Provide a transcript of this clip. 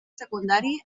secundari